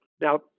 Now